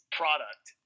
product